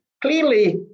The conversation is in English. clearly